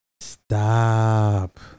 Stop